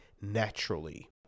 naturally